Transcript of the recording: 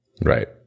Right